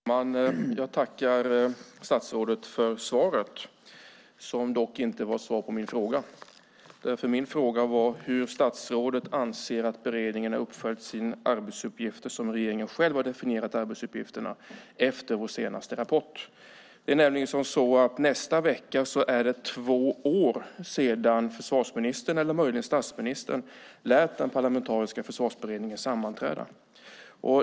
Herr talman! Jag tackar statsrådet för svaret som dock inte var svar på min fråga. Min fråga var hur statsrådet anser att beredningen har utfört sina arbetsuppgifter som regeringen själv har definierat arbetsuppgifterna efter vår senaste rapport. Nästa vecka är det två år sedan försvarsministern eller möjligen statsministern lät den parlamentariska Försvarsberedningen sammanträda.